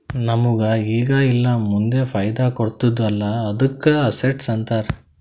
ನಮುಗ್ ಈಗ ಇಲ್ಲಾ ಮುಂದ್ ಫೈದಾ ಕೊಡ್ತುದ್ ಅಲ್ಲಾ ಅದ್ದುಕ ಅಸೆಟ್ಸ್ ಅಂತಾರ್